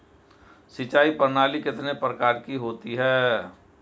सिंचाई प्रणाली कितने प्रकार की होती है?